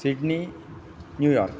Sydney New York